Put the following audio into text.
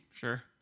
Sure